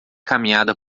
caminhada